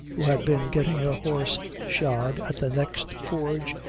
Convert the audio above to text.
who had been getting a horse shod at the next forge,